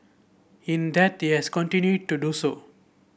in death he has continued to do so